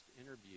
interview